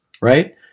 right